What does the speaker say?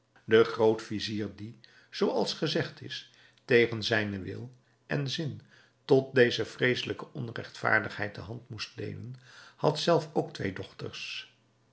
de groot-vizier die zoo als gezegd is tegen zijnen wil en zin tot deze vreeselijke onregtvaardigheid de hand moest leenen had zelf ook twee dochters